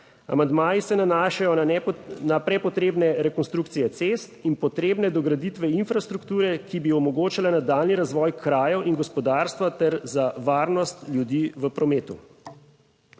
Amandmaji se nanašajo na prepotrebne rekonstrukcije cest in potrebne dograditve infrastrukture, ki bi omogočala nadaljnji razvoj krajev in gospodarstva ter za varnost ljudi v prometu.